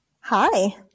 Hi